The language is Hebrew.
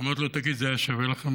אמרתי לו: תגיד, זה היה שווה לכם,